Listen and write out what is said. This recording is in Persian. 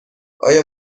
آیا